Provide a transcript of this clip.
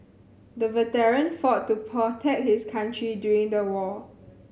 the veteran fought to protect his country during the war